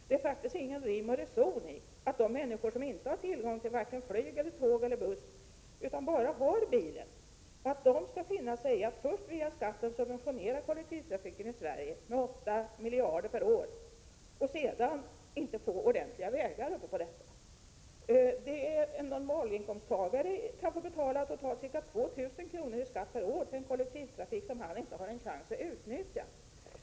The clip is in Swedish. Det är faktiskt ingen rim och reson i det hela. Människor som inte har tillgång till vare sig flyg, tåg eller buss utan som bara har tillgång till bilen skall alltså finna sig i att via skatten subventionera kollektivtrafiken i Sverige med 8 miljarder per år. Till råga på allt har de sedan inga ordentliga vägar i sitt eget län. En normalinkomsttagare kan alltså få betala totalt ca 2 000 kr. i skatt per år till en kollektivtrafik som han eller hon inte har en chans att utnyttja.